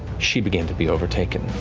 she began to be overtaken.